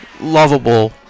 lovable